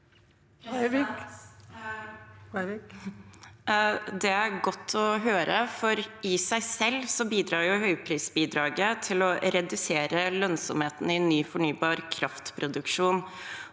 Det er godt å høre, for i seg selv bidrar høyprisbidraget til å redusere lønnsomheten i ny fornybar kraftproduksjon.